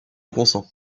consent